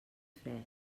fresc